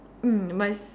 mm my s~